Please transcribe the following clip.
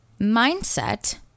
mindset